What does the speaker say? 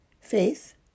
Faith